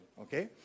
okay